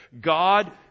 God